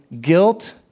guilt